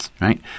right